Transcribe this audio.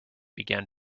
began